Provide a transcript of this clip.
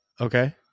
Okay